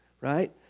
right